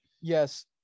Yes